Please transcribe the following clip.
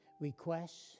requests